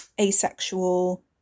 asexual